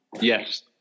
Yes